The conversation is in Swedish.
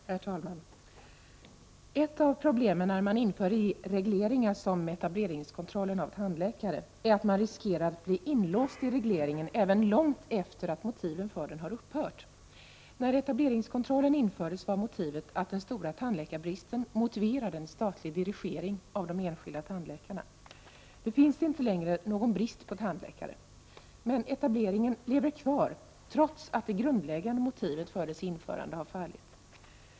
Herr talman! Ett av problemen med att införa regleringar som etableringskontrollen av tandläkare är att man riskerar att bli inlåst i regleringen även långt efter det att motiven till den har upphört att existera. När etableringskontrollen infördes var bakgrunden att den stora tandläkarbristen motiverade en statlig dirigering av de enskilda tandläkarna. Nu finns det inte längre någon brist på tandläkare. Men etableringen lever kvar, trots att det grundläggande motivet bakom dess införande fallit.